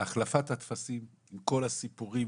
החלפת הטפסים עם כל הסיפורים